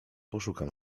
poszukam